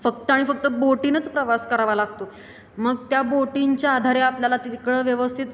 फक्त आणि फक्त बोटीनंच प्रवास करावा लागतो मग त्या बोटींच्या आधारे आपल्याला तिकडं व्यवस्थित